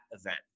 event